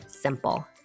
simple